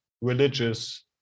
religious